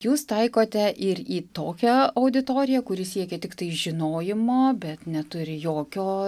jūs taikote ir į tokią auditoriją kuri siekia tiktai žinojimo bet neturi jokio